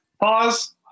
Pause